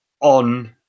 on